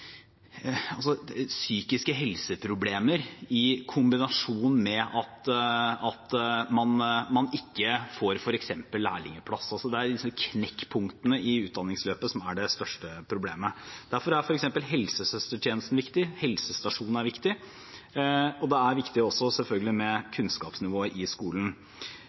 disse knekkpunktene i utdanningsløpet som er det største problemet. Derfor er f.eks. helsesøstertjenesten viktig, helsestasjonen er viktig, og det er selvfølgelig også viktig med kunnskapsnivået i skolen.